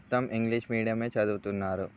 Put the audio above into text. మొత్తం ఇంగ్లీష్ మీడియమే చదువుతున్నారు